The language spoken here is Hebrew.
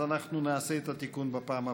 אז אנחנו נעשה את התיקון בפעם הבאה.